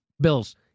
bills